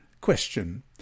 Question